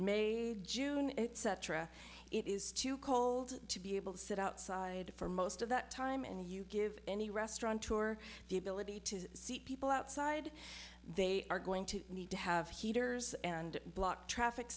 may june etc it is too cold to be able to sit outside for most of that time and you give any restaurant tour the ability to see people outside they are going to need to have heaters and block traffic